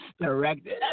directed